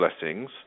Blessings